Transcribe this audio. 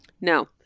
No